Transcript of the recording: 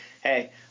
hey